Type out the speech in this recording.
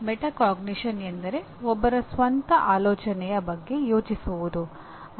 metacognition ಎಂದರೆ ಒಬ್ಬರ ಸ್ವಂತ ಆಲೋಚನೆಯ ಬಗ್ಗೆ ಯೋಚಿಸುವುದು